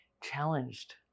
challenged